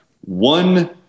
one